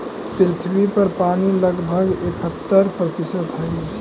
पृथ्वी पर पानी लगभग इकहत्तर प्रतिशत हई